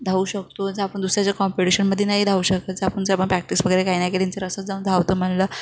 धावू शकतो जर आपण दुसऱ्याच्या कॉम्पिटिशनमध्ये नाही धावू शकत जर आपण जेव्हा प्रॅक्टिस वगैरे काय नाही केली त्यांचं असंच जाऊन धावतो म्हटलं